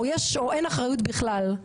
או אין אחריות בכלל,